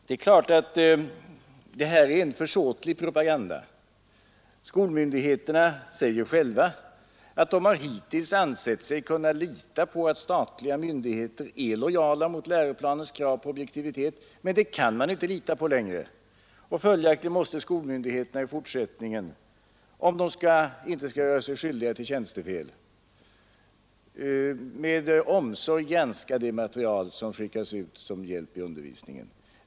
Det är klart att detta är en försåtlig propaganda. Skolmyndigheterna säger själva att de hittills ansett sig kunna lita på att statliga myndigheter är lojala mot läroplanens krav på objektivitet. Men det kan man inte längre göra. Följaktligen måste skolmyndigheterna i fortsättningen, om de inte sk sig skyldiga till tjänstefel, med omsorg granska det material som skickas ut som hjälp i undervisningen.